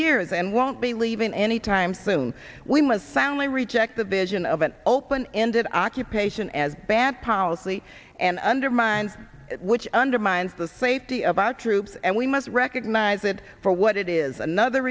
years and won't be leaving anytime soon we was soundly rejected vision of an open ended occupation as bad policy and undermined which undermines the safety of our troops and we must recognize it for what it is another